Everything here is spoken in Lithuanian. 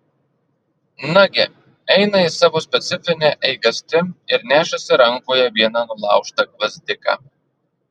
nagi eina jis savo specifine eigastim ir nešasi rankoje vieną nulaužtą gvazdiką